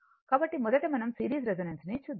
కాబట్టి మొదట మనం సిరీస్ రెసోనెన్స్ ని చూద్దాము